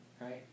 Right